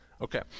Okay